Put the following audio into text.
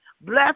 bless